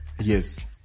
Yes